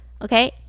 Okay